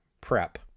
prep